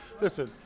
Listen